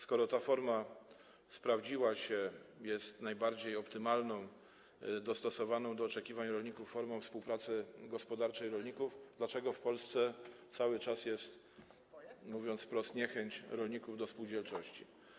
Skoro ta forma sprawdziła się, jest najbardziej optymalną, dostosowaną do oczekiwań rolników formą współpracy gospodarczej rolników, dlaczego w Polsce cały czas jest, mówiąc wprost, niechęć rolników do spółdzielczości?